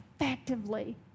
effectively